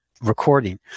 recording